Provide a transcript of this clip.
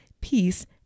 peace